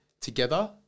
together